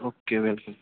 okay